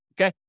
okay